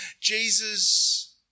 Jesus